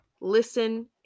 listen